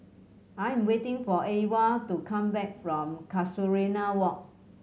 I am waiting for Ewald to come back from Casuarina Walk